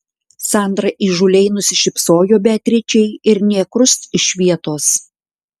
sandra įžūliai nusišypsojo beatričei ir nė krust iš vietos